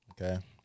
Okay